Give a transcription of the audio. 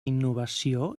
innovació